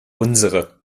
unsere